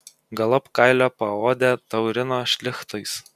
galop kailio paodę taurino šlichtais